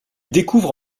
découvre